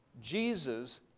Jesus